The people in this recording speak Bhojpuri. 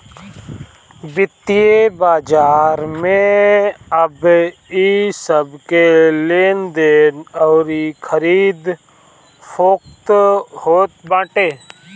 वित्तीय बाजार में इ सबके लेनदेन अउरी खरीद फोक्त होत बाटे